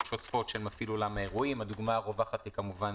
שוטפות של מפעיל אותם האירועים," הדוגמה הרווחת היא כמובן